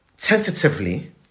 tentatively